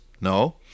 No